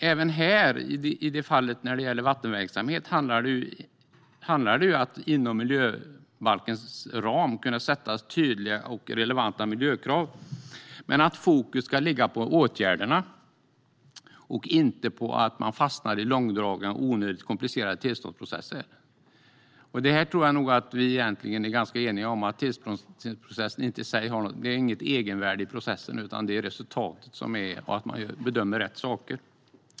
Även när det gäller vattenverksamhet handlar det ju om att inom miljöbalkens ram kunna sätta upp tydliga och relevanta miljökrav. Fokus ska dock ligga på åtgärderna - man ska inte fastna i långdragna, onödigt komplicerade tillståndsprocesser. Jag tror att vi är ganska eniga om att tillståndsprocessen inte har något egenvärde i processen, utan det viktiga är resultatet och att man bedömer rätt saker.